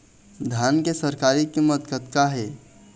धान के सरकारी कीमत कतका हे?